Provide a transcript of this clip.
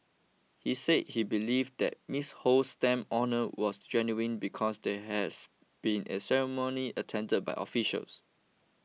he said he believed that Miss Ho's stamp honour was genuine because there has been a ceremony attended by officials